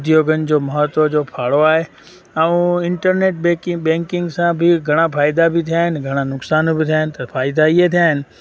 उद्योगनि जो महत्वनि जो फाड़ो आहे ऐं इंटरनेट ॿेकी बेंकींग सां बि घणा फ़ाइदा बि थिया आहिनि घणा नुक़सान बि थिया आहिनि त फ़ाइदा इहे थिया आहिनि